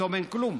פתאום אין כלום.